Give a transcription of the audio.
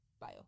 bio